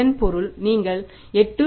இதன் பொருள் நீங்கள் 8